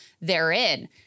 therein